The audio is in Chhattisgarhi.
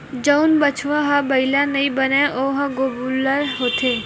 जउन बछवा ह बइला नइ बनय ओ ह गोल्लर होथे